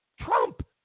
Trump